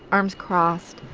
arms crossed,